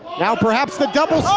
now perhaps, the double